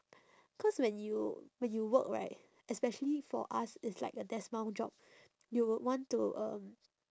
cause when you when you work right especially for us it's like a desk bound job you would want to um